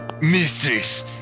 mistress